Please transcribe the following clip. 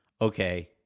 okay